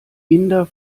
inder